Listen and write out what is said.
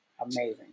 amazing